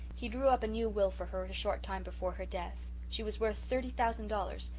he drew up a new will for her a short time before her death. she was worth thirty thousand dollars,